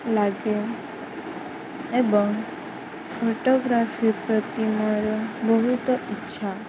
ଲାଗେ ଏବଂ ଫଟୋଗ୍ରାଫି ପ୍ରତି ମୋର ବହୁତ ଇଚ୍ଛା